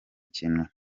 ikintu